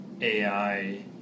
AI